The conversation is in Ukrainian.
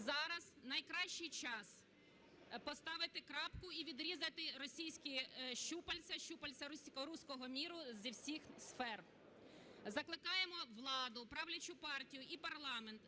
Зараз найкращий час поставити крапку і відрізати російські щупальці, щупальці "руського міру" з усіх сфер. Закликаємо владу, правлячу партію і парламент